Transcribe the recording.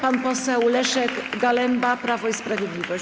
Pan poseł Leszek Galemba, Prawo i Sprawiedliwość.